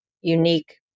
unique